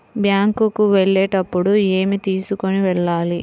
Bank కు వెళ్ళేటప్పుడు ఏమి తీసుకొని వెళ్ళాలి?